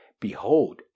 Behold